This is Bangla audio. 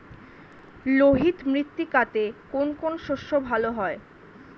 লোহিত মৃত্তিকাতে কোন কোন শস্য ভালো হয়?